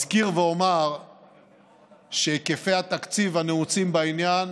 אזכיר ואומר שהיקפי התקציב הנעוצים בעניין